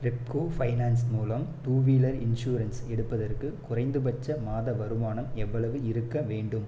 Repco finance மூலம் two wheeler insurance எடுப்பதற்கு குறைந்தபட்ச மாத வருமானம் எவ்வளவு இருக்கவேண்டும்